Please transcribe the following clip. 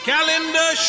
Calendar